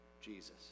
Jesus